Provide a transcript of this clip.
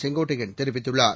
செங்கோட்டையன் தெரிவித்துள்ளார்